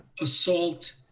assault